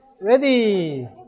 Ready